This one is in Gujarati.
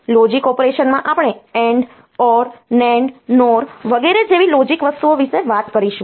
લોજિક ઑપરેશન્સમાં આપણે AND OR NAND NOR વગેરે જેવી લોજિક વસ્તુઓ વિશે વાત કરીશું